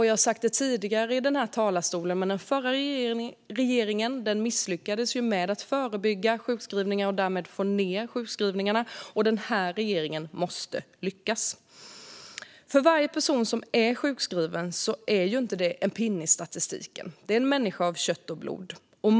Jag har sagt det tidigare i denna talarstol: Den förra regeringen misslyckades med att förebygga sjukskrivningar och därmed med att få ned sjukskrivningarna. Denna regering måste lyckas. En person som är sjukskriven är inte en pinne i statistiken. Det är en människa av kött och blod.